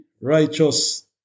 righteous